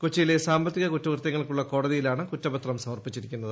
കൊച്ചിയിലെ സാമ്പത്തിക കുറ്റകൃത്യങ്ങൾക്കുള്ള കോടതിയിലാണ് കുറ്റപത്രം സമർപ്പിച്ചിരിക്കുന്നത്